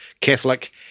Catholic